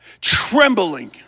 trembling